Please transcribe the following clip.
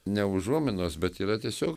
ne užuominos bet yra tiesiog